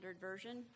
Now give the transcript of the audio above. Version